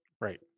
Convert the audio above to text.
Right